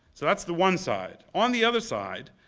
so that's the one side. on the other side,